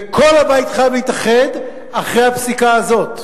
וכל הבית חייב להתאחד מאחורי הפסיקה הזו,